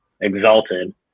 exalted